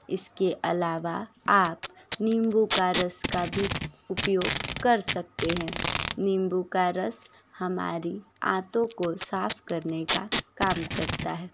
इसके अलावा आप नींबू का रस का भी उपयोग कर सकतें हैं नींबू का रस हमारी आंतो को साफ करने का काम करता है